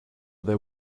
there